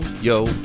yo